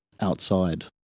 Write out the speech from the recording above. outside